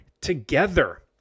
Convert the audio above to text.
together